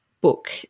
book